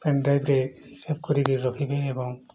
pain ଡ୍ରାଇଭ୍ରେ save କରିକି ରଖିବେ ଏବଂ